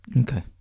Okay